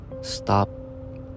Stop